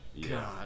God